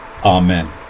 Amen